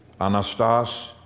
Anastas